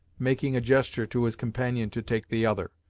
making a gesture to his companion to take the other.